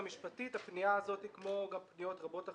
המשפטית, הפנייה הזאת, כמו גם פניות רבות אחרות,